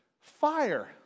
Fire